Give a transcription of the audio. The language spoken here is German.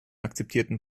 akzeptierten